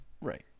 Right